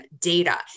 data